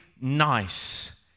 nice